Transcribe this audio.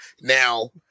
Now